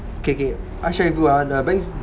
K K I share with you ah the banks